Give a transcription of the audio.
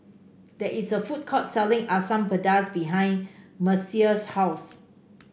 there is a food court selling Asam Pedas behind Mercer's house